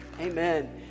Amen